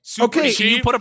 okay